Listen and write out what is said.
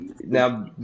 Now